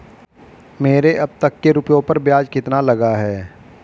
मेरे अब तक के रुपयों पर ब्याज कितना लगा है?